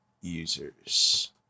users